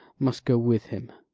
must go with him.